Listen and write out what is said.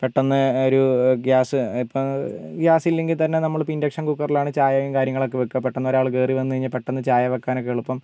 പെട്ടെന്ന് ഒരു ഗ്യാസ് ഇപ്പോൾ ഗ്യാസ് ഇപ്പോൾ ഗ്യാസ് ഇല്ലെങ്കിൽ തന്നെ നമ്മൾ ഇപ്പോൾ ഇൻഡക്ഷൻ കുക്കറിൽ തന്നെയാണ് ചായയും കാര്യങ്ങളും ഒക്കെ വെക്കുക പെട്ടെന്ന് ഒരാൾ കയറിവന്നാൽ എളുപ്പം